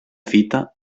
fita